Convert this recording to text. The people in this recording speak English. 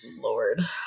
Lord